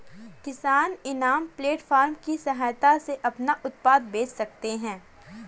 किसान इनाम प्लेटफार्म की सहायता से अपना उत्पाद बेच सकते है